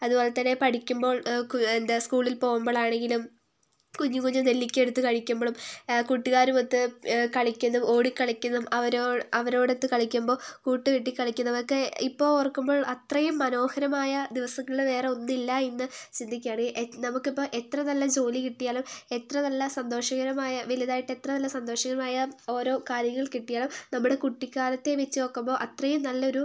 അതുപോലെതന്നെ പഠിക്കുമ്പോൾ എന്താ സ്കൂളിൽ പോകുമ്പോഴാണെങ്കിലും കുഞ്ഞു കുഞ്ഞു നെല്ലിക്കയെടുത്ത് കഴിക്കുമ്പോഴും കൂട്ടുകാരുമൊത്ത് കളിക്കുന്നു ഓടി കളിക്കുന്നും അവരോടൊത്ത് കളിക്കുമ്പോൾ കൂട്ടുകെട്ടി കളിക്കുന്നതൊക്കെ ഇപ്പോൾ ഓർക്കുമ്പോൾ അത്രയും മനോഹരമായ ദിവസങ്ങൾ വേറെയൊന്നില്ല എന്ന് ചിന്തിക്കുകയാണ് നമുക്ക് ഇപ്പോൾ എത്ര നല്ല ജോലി കിട്ടിയാലും എത്ര നല്ല സന്തോഷകരമായ വലുതായിട്ട് എത്ര നല്ല സന്തോഷകരമായ ഓരോ കാര്യങ്ങൾ കിട്ടിയാലും നമ്മുടെ കുട്ടിക്കാലത്തെ വെച്ചു നോക്കുമ്പോൾ അത്രയും നല്ലൊരു